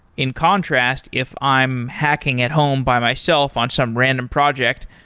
in contrast, if i'm hacking at home by myself on some random project,